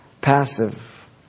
passive